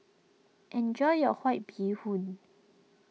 enjoy your White Bee Hoon